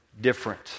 different